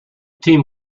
team